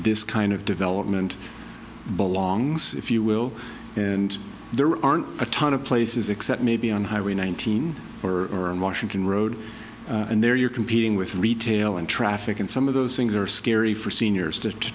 this kind of development belongs if you will and there aren't a ton of places except maybe on highway nineteen or washington road and there you are competing with retail and traffic and some of those things are scary for seniors